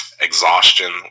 exhaustion